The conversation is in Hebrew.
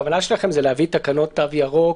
הכוונה שלכם זה להביא תקנות תו ירוק